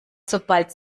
sobald